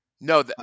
No